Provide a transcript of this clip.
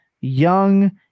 young